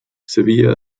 sevilla